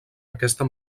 aquesta